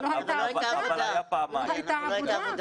אבל לא הייתה עבודה.